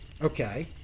Okay